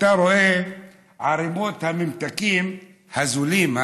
אתה רואה את ערימות הממתקים הזולים,